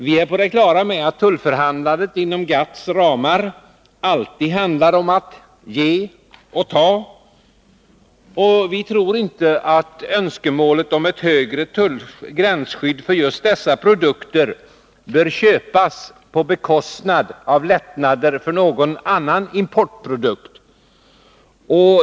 Vi är på det klara med att tullförhandlandet inom GATT:s ramar alltid handlar om att ge och ta, och vi tror inte att önskemålet om ett högre gränsskydd för just dessa produkter bör köpas på bekostnad av lättnader för någon annan importprodukt.